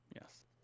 Yes